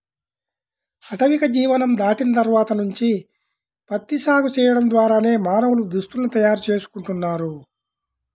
ఆటవిక జీవనం దాటిన తర్వాత నుంచి ప్రత్తి సాగు చేయడం ద్వారానే మానవులు దుస్తుల్ని తయారు చేసుకుంటున్నారు